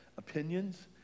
opinions